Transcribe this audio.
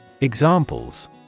Examples